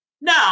No